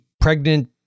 pregnant